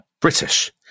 British